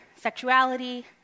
sexuality